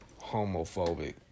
Homophobic